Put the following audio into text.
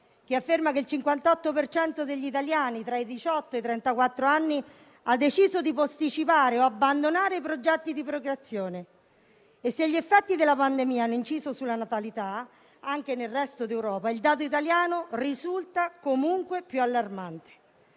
compresa tra i diciotto e i trentaquattro anni ha deciso di posticipare o abbandonare i progetti di procreazione. Se gli effetti della pandemia hanno inciso sulla natalità anche nel resto d'Europa, il dato italiano risulta comunque più allarmante.